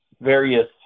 various